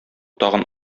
тагын